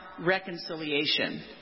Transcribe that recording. reconciliation